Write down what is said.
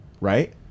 right